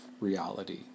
reality